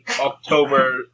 October